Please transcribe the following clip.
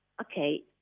Okay